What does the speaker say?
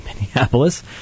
Minneapolis